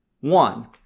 One